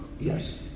Yes